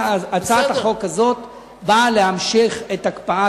הצעת החוק הזאת באה להמשיך את הקפאת